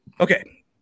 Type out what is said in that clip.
okay